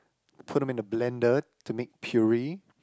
put them in a blender to make puree